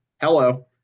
Hello